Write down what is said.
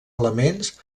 elements